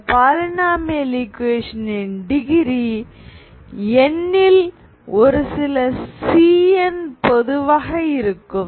இந்த polynomial equation ன் degree n ல் ஒரு சில Cn பொதுவாக இருக்கும்